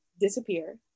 disappear